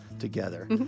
together